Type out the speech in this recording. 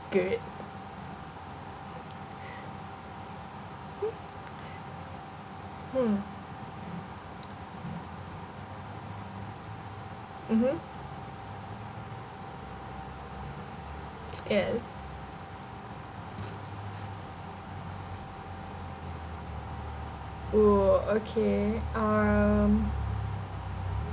good hmm mmhmm yes oo okay um